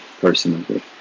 personally